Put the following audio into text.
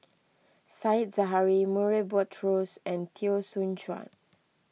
Said Zahari Murray Buttrose and Teo Soon Chuan